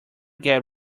get